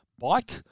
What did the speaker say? bike